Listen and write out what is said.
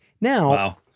Now